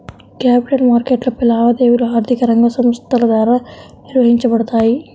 capital మార్కెట్లపై లావాదేవీలు ఆర్థిక రంగ సంస్థల ద్వారా నిర్వహించబడతాయి